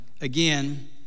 again